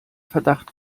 verdacht